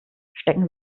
stecken